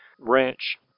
ranch